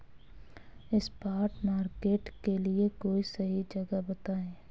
spot market के लिए कोई सही जगह बताएं